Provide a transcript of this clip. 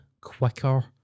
quicker